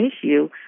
issue